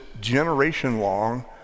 generation-long